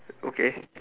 okay